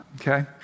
okay